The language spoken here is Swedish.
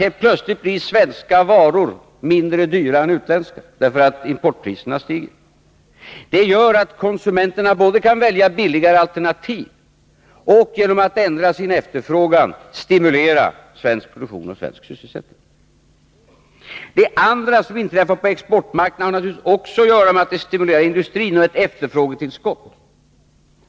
Helt plötsligt blir svenska varor mindre dyra än utländska, därför att importpriserna stiger. Det gör att konsumenterna både kan välja billigare alternativ och genom att ändra sin efterfrågan stimulera svensk produktion och svensk sysselsättning. Det andra, som inträffar på exportmarknaden, har naturligtvis också att E göra med att det stimulerar industrin med ett efterfrågetillskott.